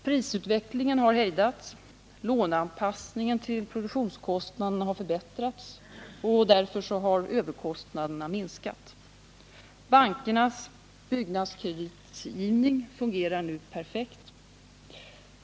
Prisutvecklingen har hejdats, låneanpassningen till produktionskostnaderna har förbättrats, och därför har överkostnaderna minskat. Bankernas byggnadskreditgivning fungerar nu perfekt.